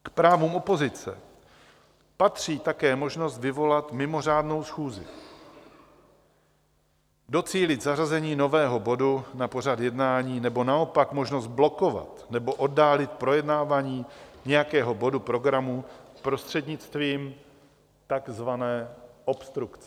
K právům opozice patří také možnost vyvolat mimořádnou schůzi, docílit zařazení nového bodu na pořad jednání nebo naopak možnost blokovat nebo oddálit projednávání nějakého bodu programu prostřednictvím takzvané obstrukce.